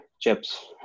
chips